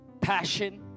passion